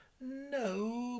No